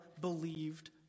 believed